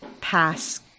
pass